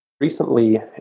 recently